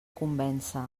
convèncer